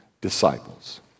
disciples